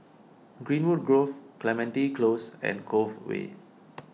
Greenwood Grove Clementi Close and Cove Way